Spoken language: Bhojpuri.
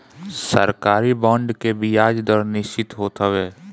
सरकारी बांड के बियाज दर निश्चित होत हवे